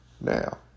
Now